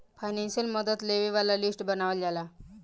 financial मदद लेबे वाला लिस्ट बनावल जाला